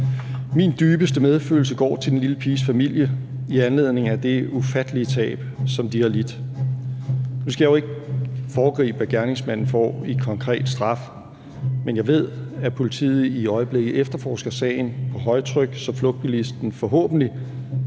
Min dybeste medfølelse går til den lille piges familie i anledning af det ufattelige tab, som de har lidt. Nu skal jeg jo ikke foregribe, hvad gerningsmanden får i konkret straf, men jeg ved, at politiet i øjeblikket efterforsker sagen på højtryk, så flugtbilisten forhåbentlig